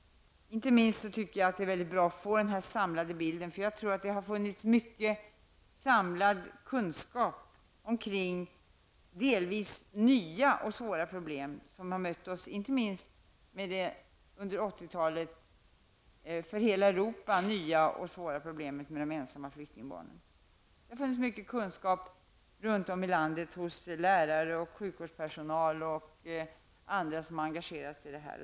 Inte minst är det väldigt bra att få en samlad bild. Jag tror att det har funnits mycken samlad kunskap om delvis nya och svåra problem som har mött oss, inte minst det under 1980-talet för hela Europa nya och svåra problemet med de ensamma flyktingbarnen. Det har funnits mycken kunskap runt om i landet hos lärare och sjukvårdspersonal och andra som har engagerat sig i detta.